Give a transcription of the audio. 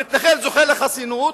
המתנחל זוכה לחסינות,